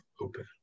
open